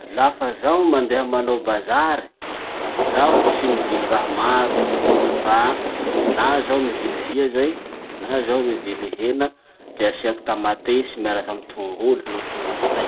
Lafa zaho mandeha manao bazary, zaho tsy mivily raha maro. Fa na zaho mivily fia zay, na zaho mivily hena, de asiako tamatesy miaraky amy tongolo noho tongolo lay.